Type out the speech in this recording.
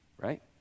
Right